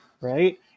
right